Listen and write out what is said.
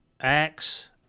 Axe